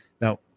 Now